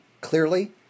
clearly